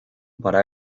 para